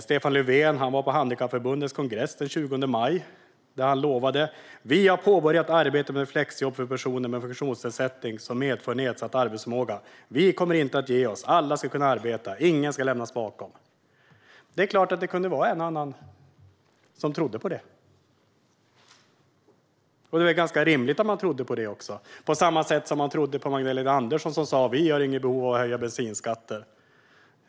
Stefan Löfven var på Handikappförbundens kongress den 20 maj 2015. Där sa och lovade han att regeringen hade "påbörjat ett arbete med flexjobb för personer med funktionsnedsättning som medför nedsatt arbetsförmåga. Vi kommer inte att ge oss. Alla ska kunna arbeta. Ingen ska lämnas bakom!" Det är klart att en och annan trodde på det. Det är väl ganska rimligt. På samma sätt trodde man på Magdalena Andersson när hon sa att det inte fanns något behov av att höja bensinskatten.